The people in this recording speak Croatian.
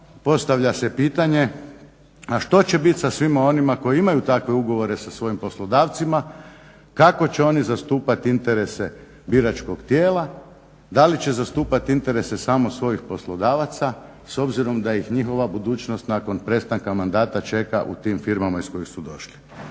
postavlja se pitanje, a što će biti sa svima onima koji imaju takve ugovore sa svojim poslodavcima, kako će oni zastupati interese biračkog tijela, da li će zastupati interese samo svojih poslodavaca s obzirom da ih njihova budućnost nakon prestanka mandata čeka u tim firmama iz kojih su došli.